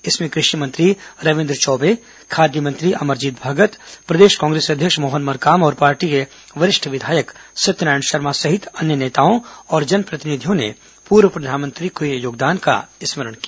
इसमें मंत्री कृषि रविन्द्र चौबे खाद्य मंत्री अमरजीत भगत प्रदेश कांग्रेस अध्यक्ष मोहन मरकाम और पार्टी के वरिष्ठ विधायक सत्यनारायण शर्मा सहित अन्य नेताओं और जनप्रतिनिधियों ने पूर्व प्रधानमंत्री के योगदान का स्मरण किया